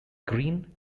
green